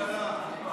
בממשלה לא